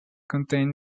contain